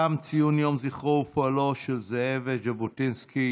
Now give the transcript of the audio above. תם ציון יום זכרו ופועלו של זאב ז'בוטינסקי.